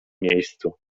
miejscu